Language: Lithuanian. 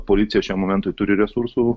policija šiam momentui turi resursų